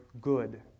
good